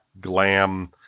glam